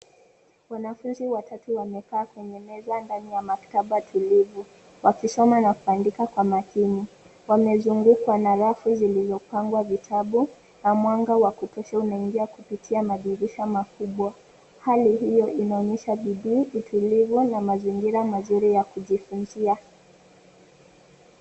Wanafunzi watatu wamekaa kwenye meza ndani ya maktaba tulivu wakisoma na kuandika kwa makini ,wamezungukwa na rafu zilizopangwa vitabu na mwanga wa kutosha unaingia kupitia madirisha makubwa hali hiyo inaonyesha bidii utulivu na mazingira mazuri ya kujifunza.